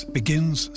begins